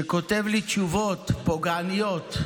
שכותב לי תגובות פוגעניות,